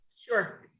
Sure